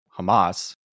Hamas